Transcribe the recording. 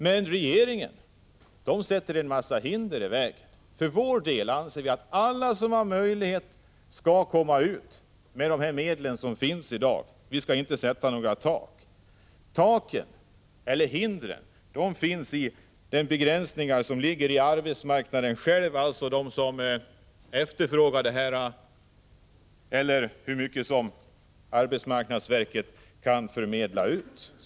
Men regeringen sätter en mängd hinder i vägen. För vår del anser vi att alla de som har möjlighet skall få komma ut på arbetsmarknaden med de medel som i dag finns. Vi skall inte sätta några tak. Hindren består i begränsningarna på arbetsmarknaden, alltså antalet jobb som arbetsmarknadsverket kan förmedla.